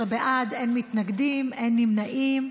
18 בעד, אין מתנגדים, אין נמנעים.